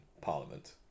Parliament